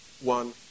one